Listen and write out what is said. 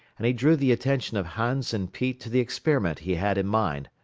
and he drew the attention of hans and pete to the experiment he had in mind.